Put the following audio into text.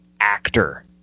actor